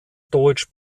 deutsch